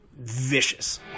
vicious